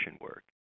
work